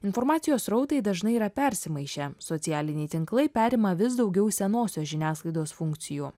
informacijos srautai dažnai yra persimaišę socialiniai tinklai perima vis daugiau senosios žiniasklaidos funkcijų